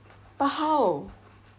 but how